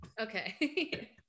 Okay